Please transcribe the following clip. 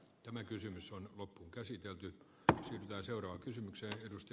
tämä kysymys on loppuunkäsitelty sillä seuraa kysymyksen edusti